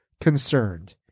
concerned